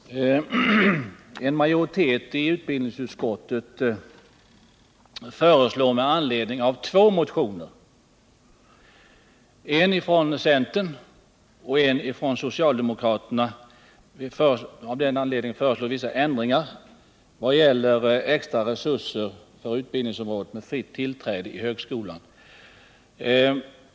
Herr talman! En majoritet i utbildningsutskottet föreslår med anledning av två motioner, en från centern och en från socialdemokraterna, att beslutet om fritt tillträde till vissa utbildningar i högskolan skall upphöra att gälla.